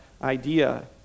idea